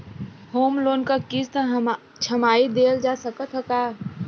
Home loan क किस्त छमाही देहल जा सकत ह का?